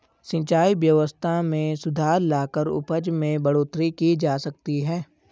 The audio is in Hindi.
सिंचाई व्यवस्था में सुधार लाकर उपज में बढ़ोतरी की जा सकती है